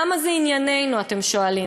למה זה ענייננו, אתם שואלים,